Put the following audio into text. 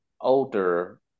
older